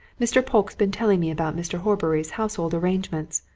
mr. polke's been telling me about mr. horbury's household arrangements.